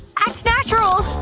act natural!